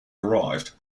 arrived